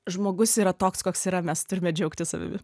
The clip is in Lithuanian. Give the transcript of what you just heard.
žmogus yra toks koks yra mes turime džiaugtis savimi